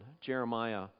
jeremiah